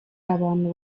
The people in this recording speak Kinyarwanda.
abantu